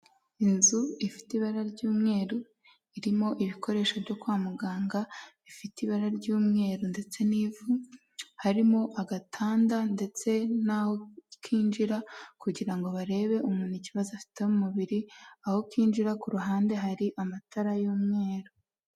Inzu ifite ibara ry'umweru irimo ibikoresho byo kwa muganga bifite ibara ry'umweru ndetse n'ivu harimo agatanda ndetse n'aho kinjira kugira ngo barebe umuntu ikibazo afite mu umubiri aho kinjira ku ruhande hari amatara y'umweru.